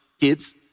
kids